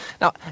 Now